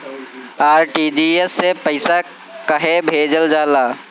RTGS से पइसा कहे भेजल जाला?